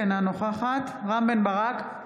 אינה נוכחת רם בן ברק,